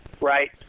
right